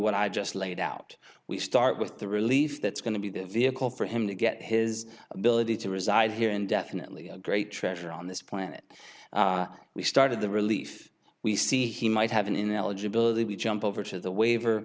what i just laid out we start with the relief that's going to be the vehicle for him to get his ability to reside here indefinitely great treasure on this planet we started the relief we see he might have been ineligibility we jump over to the waiver